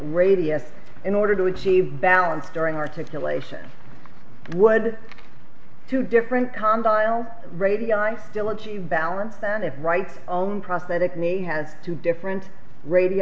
radius in order to achieve balance during articulation would two different calm dial radio i still achieve balance than a right own prosthetic nay has two different radio